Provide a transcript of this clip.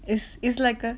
is is like a